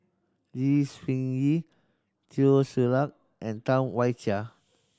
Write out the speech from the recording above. Lee Seng Eee Teo Ser Luck and Tam Wai Jia